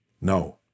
No